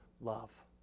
love